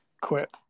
quit